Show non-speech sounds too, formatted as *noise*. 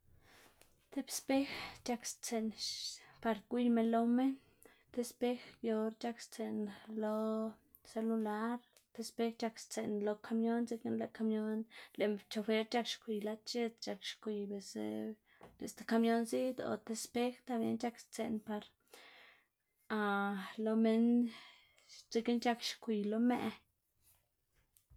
*noise* tib spej c̲h̲akstsiꞌn par gwiyma loma, tib spej yu or c̲h̲akstsi'n lo celular, tib spej c̲h̲akstsiꞌn lo kamión dzekna lëꞌ kamion lëꞌ chofer c̲h̲ak xgwiy lad x̱its, c̲h̲ak xgwiy biꞌltsa lëꞌ stib kamion ziꞌd o tib spej también c̲h̲akstsiꞌn par *hesitation* lo minn dzekna c̲h̲ak xgwiy lo mëꞌ.